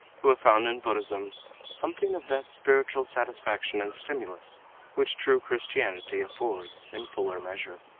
who have found in buddhism something of that spiritual satisfaction and stimulus which true christianity affords, in fuller measure.